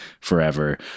forever